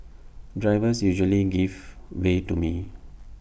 drivers usually give way to me